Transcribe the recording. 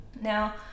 now